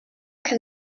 can